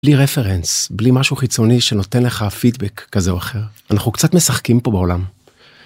בלי רפרנס, בלי משהו חיצוני שנותן לך פידבק כזה או אחר, אנחנו קצת משחקים פה בעולם.